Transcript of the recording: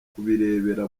kubireba